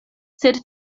sed